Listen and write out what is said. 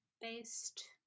based